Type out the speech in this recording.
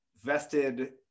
vested